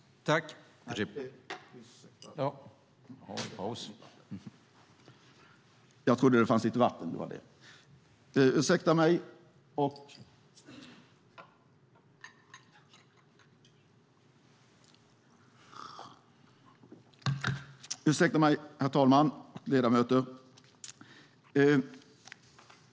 Herr talman! Ledamöter!